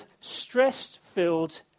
stress-filled